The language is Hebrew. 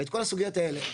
ואת כל הסוגיות האלה.